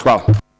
Hvala.